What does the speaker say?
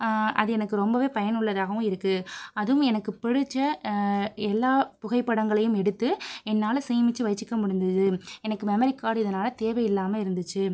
அது எனக்கு ரொம்பவே பயனுள்ளதாகவும் இருக்கு அதுவும் எனக்கு பிடித்த எல்லா புகைப்படங்களையும் எடுத்து என்னால் சேமித்து வைச்சுக்க முடிஞ்சிது எனக்கு மெமரி கார்ட் இதனால் தேவை இல்லாமல் இருந்துச்சு